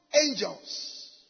angels